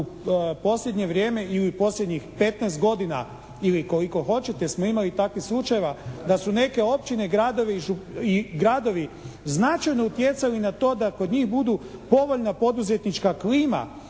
u posljednje vrijeme i u posljednjih 15 godina ili koliko hoćete smo imali takvih slučajeva da su neke općine i gradovi značajno utjecali na to da kod njih budu povoljna poduzetnička klima